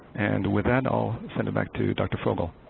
and with that, i'll send it back to dr. frogel.